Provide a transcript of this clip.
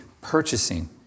purchasing